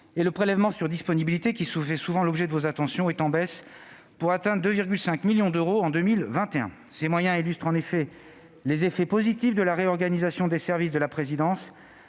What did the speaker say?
et le prélèvement sur disponibilités, qui fait souvent l'objet de vos attentions, est en baisse pour atteindre 2,5 millions d'euros. Ces moyens illustrent les effets positifs de la réorganisation des services de la présidence,